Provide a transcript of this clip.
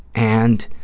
and